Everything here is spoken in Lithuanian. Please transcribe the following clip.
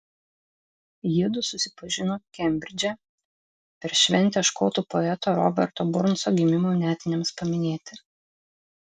jiedu susipažino kembridže per šventę škotų poeto roberto burnso gimimo metinėms paminėti